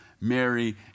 Mary